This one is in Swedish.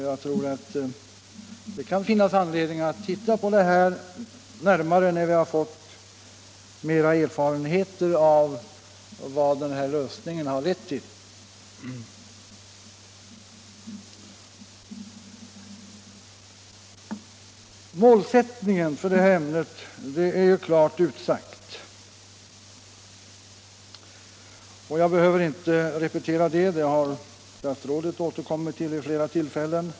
Jag tror att det kan finnas anledning att titta på den saken litet närmare när vi fått mera erfarenheter av vad denna lösning lett till. Målsättningen för det här ämnet är klart utsagd, och jag behöver inte repetera det — det har statsrådet återkommit till vid flera tillfällen.